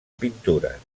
pintures